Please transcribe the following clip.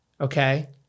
okay